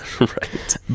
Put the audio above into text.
Right